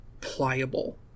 pliable